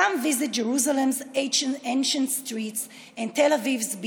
בואו לבקר ברחובות העתיקים של ירושלים ובחופי תל אביב.